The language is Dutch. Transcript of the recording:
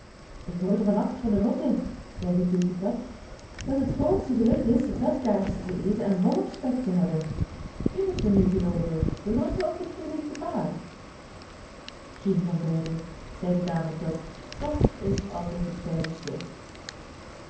ik hoorde van nacht van de rotten zei de keukenkat dat het grootste geluk is vetkaarsen te eten en volop spek te hebben wie moet men nu gelooven de rotten of het verliefde paar geen van beiden zei de kamerkat dat is altijd het veiligste